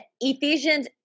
Ephesians